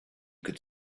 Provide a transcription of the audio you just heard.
could